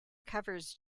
covers